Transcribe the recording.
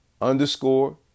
underscore